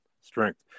strength